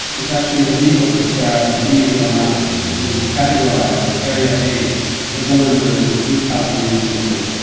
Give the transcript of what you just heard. it's actually illegal for sarah to be in ramallah, which is categorized as area a a zone under complete palestinian control.